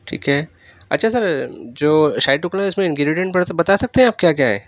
ٹھیک ہے اچھا سر جو شاہی ٹکڑے اس میں انگریڈنٹ پڑ بتا سکتے ہیں آپ کیا کیا ہے